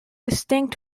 distinct